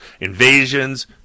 invasions